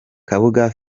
kabuga